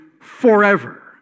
forever